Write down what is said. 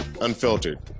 Unfiltered